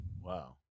Wow